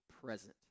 present